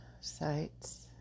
sites